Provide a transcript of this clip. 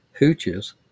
hooches